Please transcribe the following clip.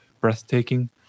breathtaking